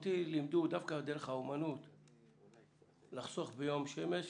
אותי לימדו דרך על דרך האומנות לחסוך ביום שמש